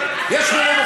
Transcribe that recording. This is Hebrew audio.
זה אומר,